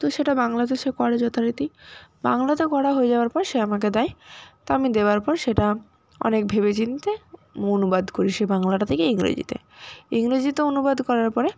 তো সেটা বাংলাতে সে করে যথারীতি বাংলাতে করা হয়ে যাওয়ার পর সে আমাকে দেয় তা আমি দেওয়ার পর সেটা অনেক ভেবে চিন্তে অনুবাদ করি সে বাংলাটা থেকে ইংরেজিতে ইংরেজিতে অনুবাদ করার পরে